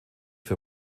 für